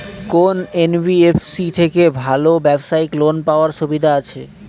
কোন এন.বি.এফ.সি থেকে ভালো ব্যবসায়িক লোন পাওয়ার সুবিধা আছে?